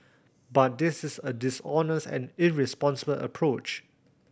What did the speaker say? but this is a dishonest and irresponsible approach